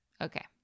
Okay